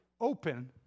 Open